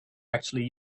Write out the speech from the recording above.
actually